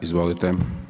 Izvolite.